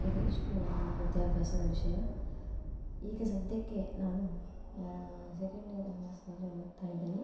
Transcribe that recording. ಇದು ಇಷ್ಟು ನನ್ನ ವಿದ್ಯಾಭ್ಯಾಸದ ವಿಷಯ ಈಗ ಸದ್ಯಕ್ಕೆ ನಾನು ಸೆಕೆಂಡ್ ಇಯರ್ ಎಮ್ ಎಸ್ ಸಿಯಲ್ಲಿ ಓದ್ತಾ ಇದ್ದೀನಿ